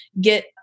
get